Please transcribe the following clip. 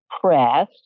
press